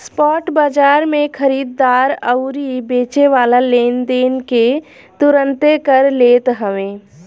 spot बाजार में खरीददार अउरी बेचेवाला लेनदेन के तुरंते कर लेत हवे